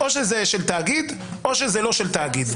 או שזה של תאגיד או שזה לא של תאגיד,